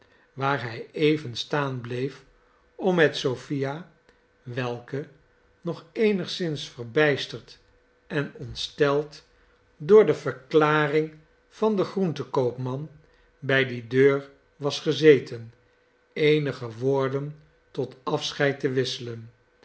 waar hij even staan bleef om met sophia welke nog eenigszins verbijsterd en ontsteld door de verklaring van den groentenkoopman bij die deur was gezeten eenige woorden tot afscheid te wisselen